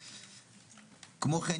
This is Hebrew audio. כמו-כן,